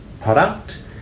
product